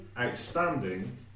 Outstanding